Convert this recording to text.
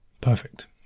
Perfect